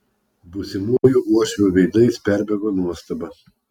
būsimųjų uošvių veidais perbėgo nuostaba